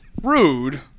Rude